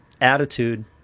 attitude